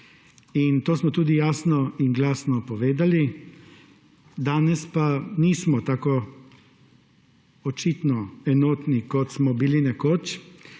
in to smo tudi jasno in glasno povedali. Danes pa nismo tako očitno enotni, kot smo bili nekoč,